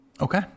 Okay